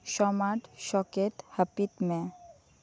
ᱥᱚᱢᱟᱴ ᱥᱚᱠᱮᱴ ᱦᱟᱹᱯᱤᱫᱽ ᱢᱮ